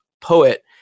poet